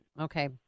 Okay